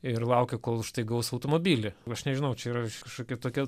ir laukia kol už tai gaus automobilį o aš nežinau čia yra kažkokia tokia